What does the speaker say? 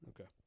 Okay